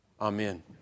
Amen